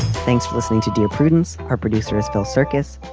thanks for listening to dear prudence. our producer is phil circus.